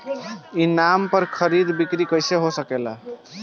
ई नाम पर खरीद बिक्री कैसे हो सकेला?